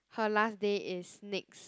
her last day is next